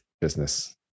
business